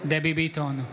דבי ביטון,